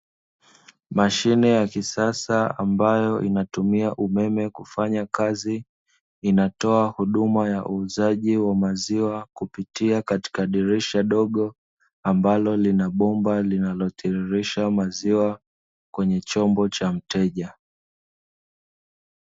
Mashine ya kisasa ambayo inatumia umeme kufanya kazi, inatoa huduma ya uuzaji wa maziwa kupitia katika dirisha dogo, ambalo lina bomba linalotiririsha maziwa kwenye chombo cha mteja.